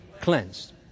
cleansed